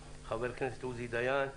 22 ביולי 2020,